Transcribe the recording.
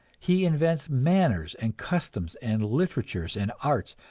he invents manners and customs and literatures and arts,